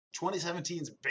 2017's